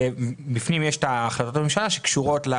בפנים יש את החלטת הממשלה שקשורות.